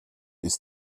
ist